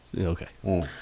Okay